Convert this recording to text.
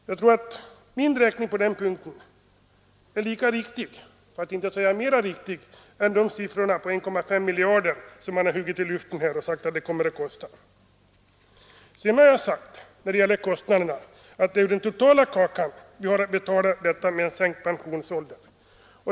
Jag tror att min beräkning på den punkten är lika riktig som — för att inte säga riktigare än — siffran 1,5 miljarder kronor, som huggits ur luften. Sedan har jag sagt att det är ur den totala kakan som vi har att betala kostnaderna för sänkt pensionsålder.